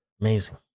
Amazing